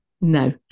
no